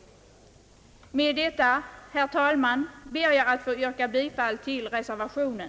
Med detta, herr talman, ber jag att få yrka bifall till reservationen.